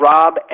Rob